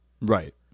Right